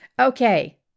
okay